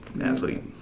athlete